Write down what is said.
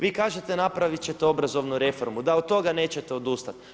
Vi kažete napravit ćete obrazovnu reformu, da od toga nećete odustati.